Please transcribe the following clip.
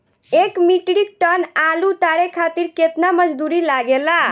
एक metric tonne आलू उतारे खातिर केतना मजदूरी लागेला?